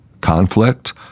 conflict